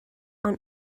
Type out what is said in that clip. ond